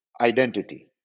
identity